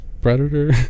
predator